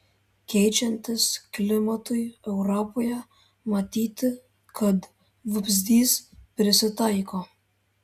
keičiantis klimatui europoje matyti kad vabzdys prisitaiko